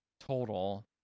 total